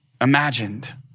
imagined